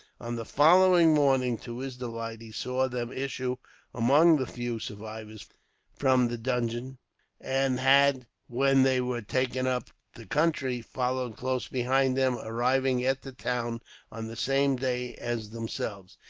on the following morning, to his delight, he saw them issue among the few survivors from the dungeon and had, when they were taken up the country, followed close behind them, arriving at the town on the same day as themselves.